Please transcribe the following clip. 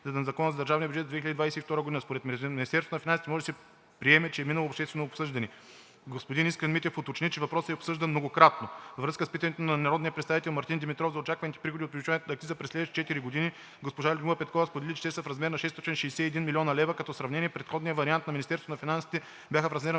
изменение на Закона за държавния бюджет за 2022 г. Според Министерството на финансите може да се приеме, че е минало общественото обсъждане. Господин Искрен Митев уточни, че въпросът е бил обсъждан многократно. Във връзка с питането на народния представител Мартин Димитров за очакваните приходи от повишаването на акциза през следващите четири години госпожа Людмила Петкова сподели, че те са в размер на 661 млн. лв., като за сравнение в предходния вариант на Министерството на финансите за акцизен